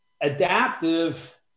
adaptive